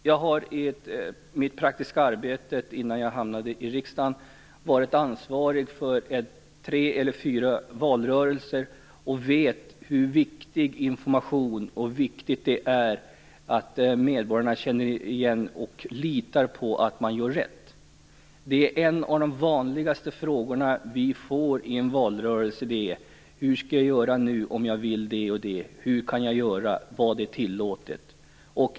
Jag har i mitt praktiska arbete innan jag hamnade i riksdagen varit ansvarig för tre eller fyra valrörelser och vet hur viktig information är och hur viktigt det är att medborgarna känner igen sig och kan lita på att de gör rätt. En av de vanligaste frågorna vi får under valrörelsen är: Hur skall jag göra nu om jag vill det och det, hur kan jag göra och vad är tillåtet?